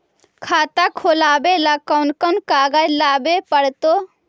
खाता खोलाबे ल कोन कोन कागज लाबे पड़तै?